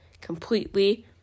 completely